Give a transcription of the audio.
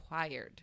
required